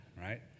right